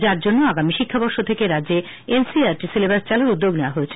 যার জন্য আগামী শিক্ষাবর্ষ থেকে রাজ্যে এনসিইআরটি সিলেবাস চালুর উদ্যোগ নেওয়া হয়েছে